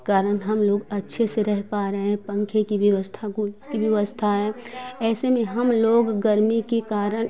कारण हम लोग अच्छे से रह पा रहे हैं पंखे कि व्यवस्था कू कि व्यवस्था है ऐसे में हम लोग गर्मी के कारण